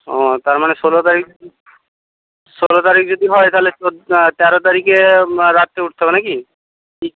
ও তার মানে ষোলো তারিখ ষোলো তারিখ যদি হয় তাহলে তেরো তারিখে রাত্রে উঠতে হবে না কি